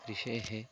कृषेः